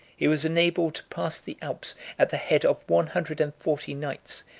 he was enabled to pass the alps at the head of one hundred and forty knights,